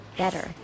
better